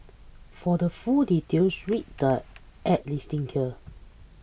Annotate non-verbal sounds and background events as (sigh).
for the full details read the ad's listing here (noise)